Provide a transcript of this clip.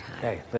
hey